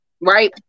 right